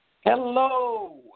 Hello